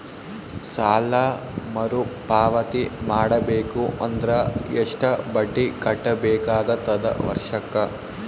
ಸಾಲಾ ಮರು ಪಾವತಿ ಮಾಡಬೇಕು ಅಂದ್ರ ಎಷ್ಟ ಬಡ್ಡಿ ಕಟ್ಟಬೇಕಾಗತದ ವರ್ಷಕ್ಕ?